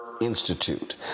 Institute